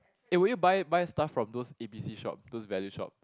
eh will you buy buy stuff from those A_B_C shop those value shop